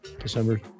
december